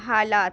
حالات